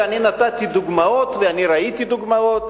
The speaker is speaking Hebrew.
ואני נתתי דוגמאות ואני ראיתי דוגמאות,